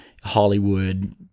Hollywood